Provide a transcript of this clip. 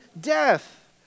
death